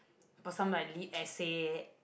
but some like lit essay